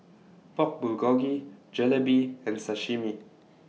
Pork Bulgogi Jalebi and Sashimi